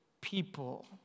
people